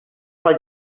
pel